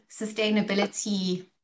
sustainability